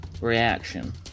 reaction